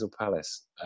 Palace